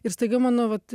ir staiga mano vat